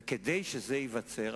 כדי שזה ייווצר,